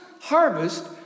harvest